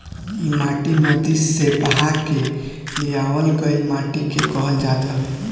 इ माटी नदी से बहा के लियावल गइल माटी के कहल जात हवे